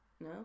No